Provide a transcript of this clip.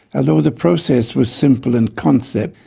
although the process was simple in concept,